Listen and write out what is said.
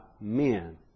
men